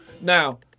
Now